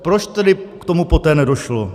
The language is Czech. Proč tedy k tomu poté nedošlo?